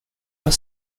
were